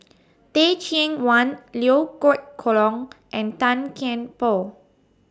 Teh Cheang Wan Liew Geok Leong and Tan Kian Por